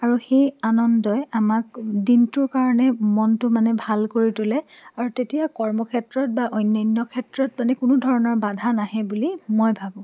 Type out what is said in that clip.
আৰু সেই আনন্দই আমাক দিনটোৰ কাৰণে মনটো মানে ভাল কৰি তোলে আৰু তেতিয়া কৰ্ম ক্ষেত্ৰত বা অন্যান্য ক্ষেত্ৰত মানে কোনো ধৰণৰ বাধা নাহে বুলি মই ভাবোঁ